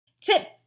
Tip